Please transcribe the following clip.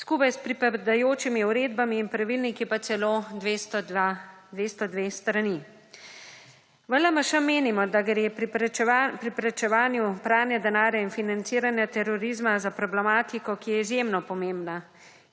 skupaj s pripadajočimi uredbami in pravilniki pa celo 202 strani. V LMŠ menimo, da gre pri preprečevanju pranja denarja in financiranja terorizma za problematiko, ki je izjemno pomembna